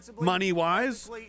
money-wise